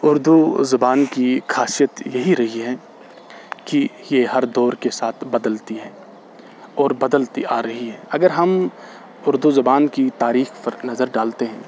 اردو زبان کی خاصیت یہی رہی ہے کہ یہ ہر دور کے ساتھ بدلتی ہے اور بدلتی آ رہی ہے اگر ہم اردو زبان کی تاریخ پر نظر ڈالتے ہیں